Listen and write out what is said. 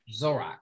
Zorak